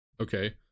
Okay